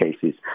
cases